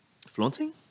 flaunting